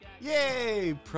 Yay